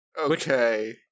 Okay